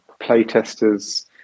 playtesters